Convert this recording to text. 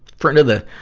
front of the,